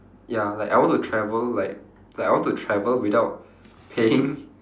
ya like I want to travel like like I want to travel without paying